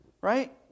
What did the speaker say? right